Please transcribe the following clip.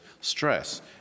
stress